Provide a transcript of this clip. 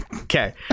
Okay